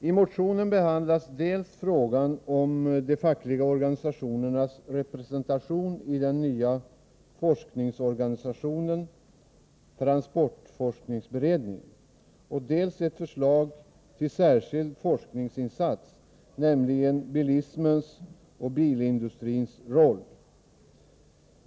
I motionen behandlas dels frågan om de fackliga organisationernas representation i den nya forskningsorganisationen — transportforskningsberedningen — dels ett förslag till särskild forskningsinsats, beträffande bilismens och bilindustrins roll.